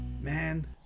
man